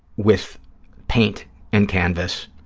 with paint and canvas.